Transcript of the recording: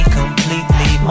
completely